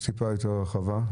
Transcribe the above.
טיפה יותר הרחבה.